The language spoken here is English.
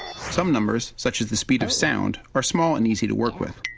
some numbers, such as the speed of sound, are small and easy to work with.